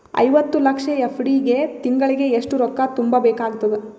ಐವತ್ತು ಲಕ್ಷ ಎಫ್.ಡಿ ಗೆ ತಿಂಗಳಿಗೆ ಎಷ್ಟು ರೊಕ್ಕ ತುಂಬಾ ಬೇಕಾಗತದ?